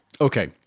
Okay